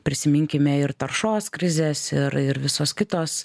prisiminkime ir taršos krizės ir ir visos kitos